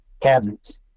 cabinets